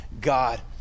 God